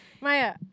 Maya